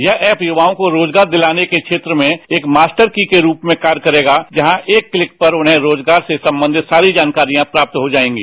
यह ऐप युवाओं को रोजगार दिलाने के क्षेत्र में एक मास्टर की के रूप में कार्य करेगा जहां एक क्लिक पर उन्हें रोजगार से संबंधित सारी जानकारियां प्राप्त हो जाएंगी